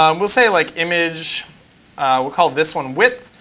um we'll say like image we'll call this one width.